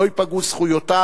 לא ייפגעו זכויותיו.